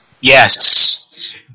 yes